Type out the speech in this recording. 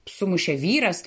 sumušė vyras